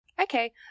Okay